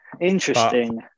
Interesting